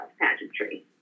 pageantry